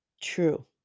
true